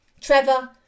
Trevor